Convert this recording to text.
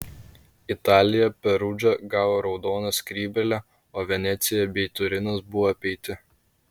italija perudža gavo raudoną skrybėlę o venecija bei turinas buvo apeiti